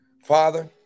Father